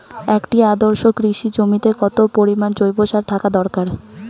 একটি আদর্শ কৃষি জমিতে কত পরিমাণ জৈব সার থাকা দরকার?